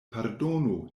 pardonu